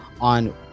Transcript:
on